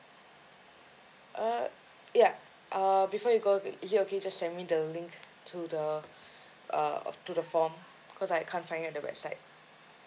uh yeah uh before you go is it okay just send me the link to the uh to the form because I can't find it at the website